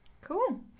cool